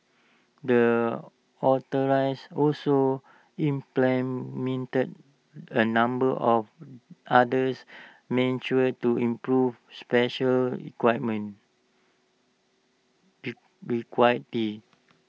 the authorites also implemented A number of others measures to improve special equipment equity